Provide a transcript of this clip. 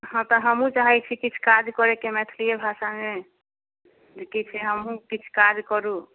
हँ तऽ हमहूँ चाहैत छी किछु काज करेके मैथलिये भाषामे किछु हमहूँ किछु काज करू